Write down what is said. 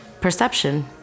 Perception